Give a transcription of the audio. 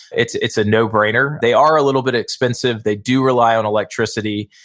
it's it's a no-brainer. they are a little bit expensive, they do rely on electricity.